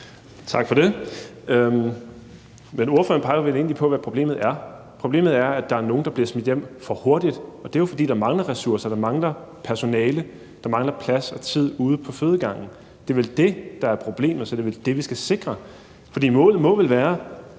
Tak for det. Ordføreren peger vel egentlig på, hvad problemet er. Problemet er, at der er nogle, der bliver smidt hjem for hurtigt, og det er jo, fordi der mangler ressourcer, der mangler personale, der mangler plads og tid ude på fødegangene. Det er vel det, der er problemet, så det er vel det, vi skal sikre. For målet må vel være